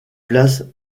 place